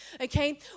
okay